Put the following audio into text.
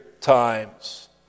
times